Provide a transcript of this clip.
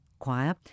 Choir